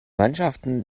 mannschaften